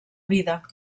vida